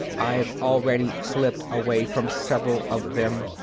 i've already slipped away from several of them.